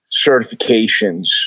certifications